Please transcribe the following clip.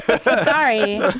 Sorry